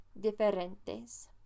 diferentes